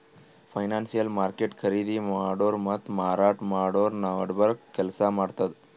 financial market ಖರೀದಿ ಮಾಡೋರ್ ಮತ್ತ್ ಮಾರಾಟ್ ಮಾಡೋರ್ ನಡಬರ್ಕ್ ಕೆಲ್ಸ್ ಮಾಡ್ತದ್